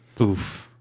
Oof